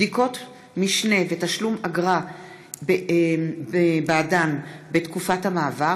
(בדיקות משנה ותשלום אגרה בעדן בתקופת המעבר),